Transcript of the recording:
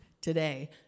today